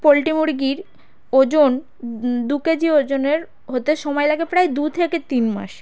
poultry মুরগির ওজন দু কেজি ওজনের হতে সময় লাগে প্রায় দু থেকে তিন মাস